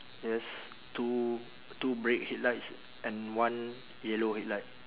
yes two two brake headlights and one yellow headlight